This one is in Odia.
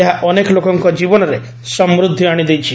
ଏହା ଅନେକ ଲୋକଙ୍କ ଜୀବନରେ ସମୃଦ୍ଧି ଆଣି ଦେଇଛି